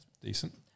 decent